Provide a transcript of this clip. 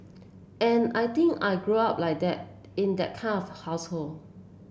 and I think I grew up like that in that kind of household